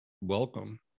Welcome